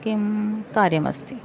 किं कार्यमस्ति